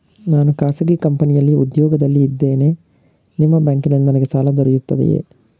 ನಾನು ಖಾಸಗಿ ಕಂಪನಿಯಲ್ಲಿ ಉದ್ಯೋಗದಲ್ಲಿ ಇದ್ದೇನೆ ನಿಮ್ಮ ಬ್ಯಾಂಕಿನಲ್ಲಿ ನನಗೆ ಸಾಲ ದೊರೆಯುತ್ತದೆಯೇ?